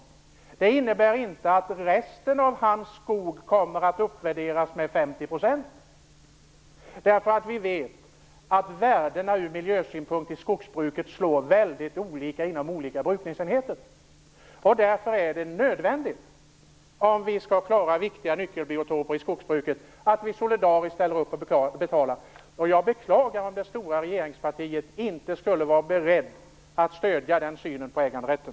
Det innebär inte att resten av hans skog kommer att uppvärderas med 50 %. Vi vet att värdena ur miljösynpunkt i skogsbruket slår väldigt olika inom olika brukningsenheter. Därför är det nödvändigt att vi solidariskt ställer upp och betalar om vi skall klara viktiga nyckelbiotoper i skogsbruket. Jag beklagar om det stora regeringspartiet inte är berett att stödja den synen på äganderätten.